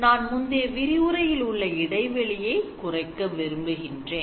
நான் முந்தைய விரிவுரையில் உள்ள இடைவெளியை குறைக்க விரும்புகின்றேன்